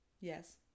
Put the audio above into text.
yes